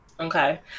Okay